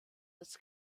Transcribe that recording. des